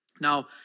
Now